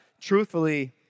Truthfully